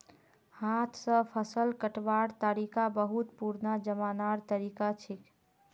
हाथ स फसल कटवार तरिका बहुत पुरना जमानार तरीका छिके